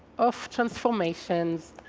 of transformations,